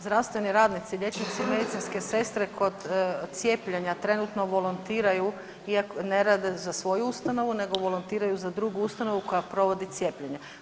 Zdravstveni radnici, liječnici i medicinske sestre kod cijepljenja trenutno volontiraju iako ne rade za svoju ustanovu, nego volontiraju za drugu ustanovu koja provodi cijepljenje.